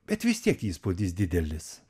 bet vis tiek įspūdis didelis